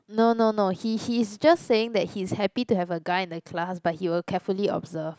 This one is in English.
no no no he he's just saying that he's happy to have a guy in the class but he will carefully observe